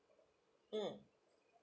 mm